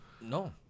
No